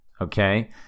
okay